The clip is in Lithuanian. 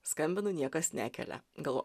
skambinu niekas nekelia galvo